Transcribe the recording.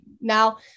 now